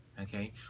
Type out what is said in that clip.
okay